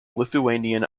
lithuanian